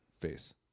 face